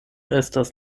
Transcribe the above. estas